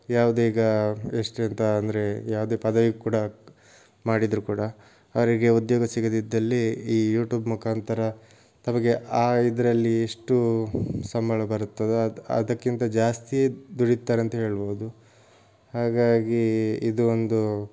ಯಾವುದೀಗ ಎಷ್ಟಂತ ಅಂದರೆ ಯಾವುದೇ ಪದವಿ ಕೂಡ ಮಾಡಿದ್ರೂ ಕೂಡ ಅವರಿಗೆ ಉದ್ಯೋಗ ಸಿಗದಿದ್ದಲ್ಲಿ ಈ ಯೂಟ್ಯೂಬ್ ಮುಖಾಂತರ ತಮಗೆ ಆ ಇದರಲ್ಲಿ ಎಷ್ಟು ಸಂಬಳ ಬರುತ್ತದೋ ಅದ್ ಅದಕ್ಕಿಂತ ಜಾಸ್ತಿಯೇ ದುಡೀತಾರೆ ಅಂತ ಹೇಳ್ಬೋದು ಹಾಗಾಗಿ ಇದು ಒಂದು